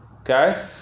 Okay